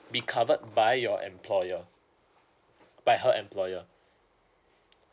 be covered by your employer by her employer